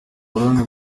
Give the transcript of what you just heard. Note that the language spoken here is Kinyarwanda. burundi